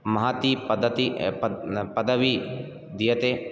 महती पद्धति प पद् पदवी दीयते